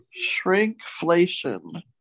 Shrinkflation